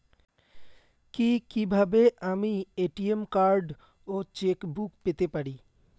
কি কিভাবে আমি এ.টি.এম কার্ড ও চেক বুক পেতে পারি?